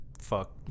fuck